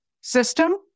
system